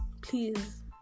Please